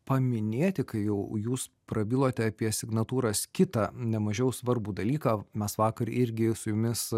paminėti kai jau jūs prabilote apie signatūras kitą nemažiau svarbų dalyką mes vakar irgi su jumis